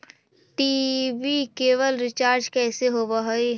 TV cable recharge कैसे होब हइ?